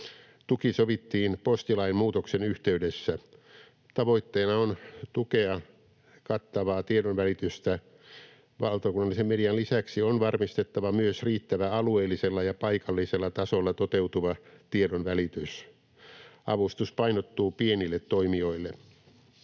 Tuki sovittiin postilain muutoksen yhteydessä. Tavoitteena on tukea kattavaa tiedonvälitystä. Valtakunnallisen median lisäksi on varmistettava myös riittävä alueellisella ja paikallisella tasolla toteutuva tiedonvälitys. Avustus painottuu pienille toimijoille.